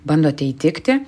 bandote įtikti